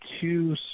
two